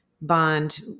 bond